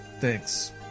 Thanks